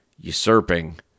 usurping